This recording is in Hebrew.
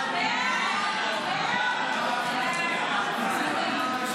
ההצעה להעביר את הצעת חוק הביטוח הלאומי (תיקון,